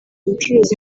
ubucuruzi